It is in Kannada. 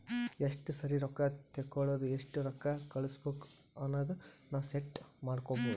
ಎಸ್ಟ ಸರಿ ರೊಕ್ಕಾ ತೇಕೊಳದು ಎಸ್ಟ್ ರೊಕ್ಕಾ ಕಳುಸ್ಬೇಕ್ ಅನದು ನಾವ್ ಸೆಟ್ ಮಾಡ್ಕೊಬೋದು